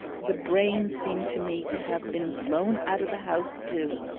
the brains seemed to me to have been blown out of the house too,